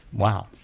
wow,